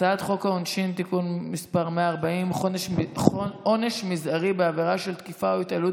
הצעת חוק העונשין (תיקון מס' 140) (עונש מזערי בעבירה של תקיפה או התעללות